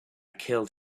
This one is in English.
killed